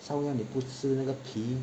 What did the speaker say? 烧鸭你不吃那个皮